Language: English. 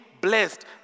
blessed